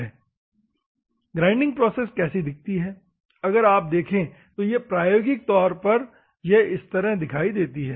Slide Time 0503 grinding process कैसी दिखती है अगर आप देखे तो यह प्रायोगिक तौर पर यह इस तरह दिखाई देती है